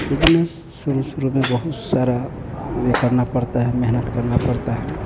business शुरू शुरू में बहुत सारा ये करना पड़ता है मेहनत करना पड़ता है